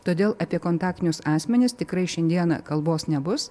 todėl apie kontaktinius asmenis tikrai šiandieną kalbos nebus